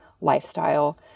lifestyle